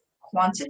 quantity